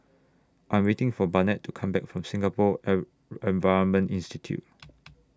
I Am waiting For Barnett to Come Back from Singapore Environment Institute